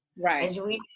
Right